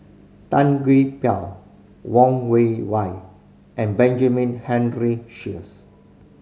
Tan Gee Paw Wang Wei Wei and Benjamin Henry Sheares